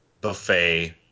buffet